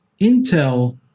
Intel